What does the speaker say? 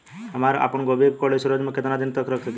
हम आपनगोभि के कोल्ड स्टोरेजऽ में केतना दिन तक रख सकिले?